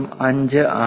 5 ആണ്